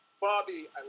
Bobby